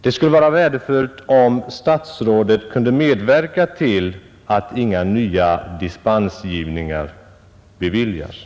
Det skulle vara värdefullt om statsrådet kunde medverka till att inga nya dispenser beviljades.